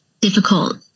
difficult